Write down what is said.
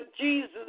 Jesus